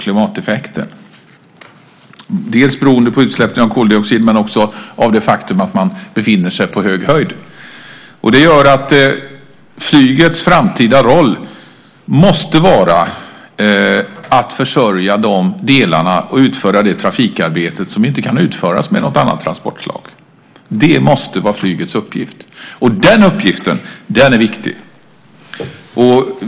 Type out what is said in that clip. Det beror dels på utsläpp av koldioxid, dels på att man befinner sig på hög höjd. Flygets framtida roll måste därför vara att utföra det trafikarbete som inte kan utföras med något annat transportslag. Det måste vara flygets uppgift. Den uppgiften är viktig.